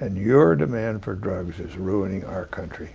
and your demand for drugs is ruining our country